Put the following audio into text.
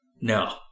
No